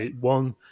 one